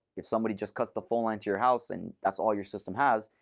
if somebody just cuts the phone line to your house and that's all your system has,